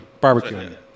barbecuing